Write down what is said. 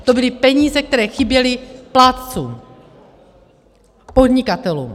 To byly peníze, které chyběly plátcům, podnikatelům.